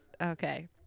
Okay